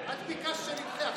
את ביקשת שנדחה.